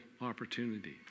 opportunity